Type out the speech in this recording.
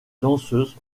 danseuse